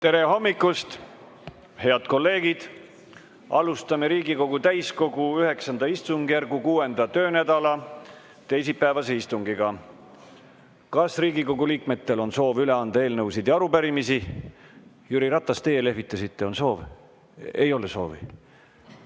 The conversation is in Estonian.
Tere hommikust, head kolleegid! Alustame Riigikogu täiskogu IX istungjärgu 6. töönädala teisipäevast istungit. Kas Riigikogu liikmetel on soovi üle anda eelnõusid ja arupärimisi? Jüri Ratas, teie lehvitasite. Kas on soov? Ei ole soovi.